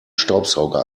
staubsauger